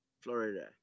Florida